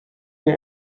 der